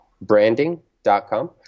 branding.com